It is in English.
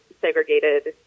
segregated